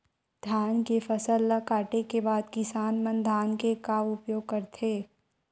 धान के फसल ला काटे के बाद किसान मन धान के का उपयोग करथे?